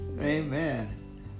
Amen